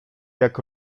jak